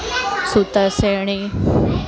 સૂતરફેણી